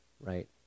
right